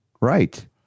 Right